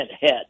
head